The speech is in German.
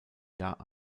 jahr